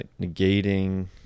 negating